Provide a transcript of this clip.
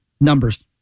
Numbers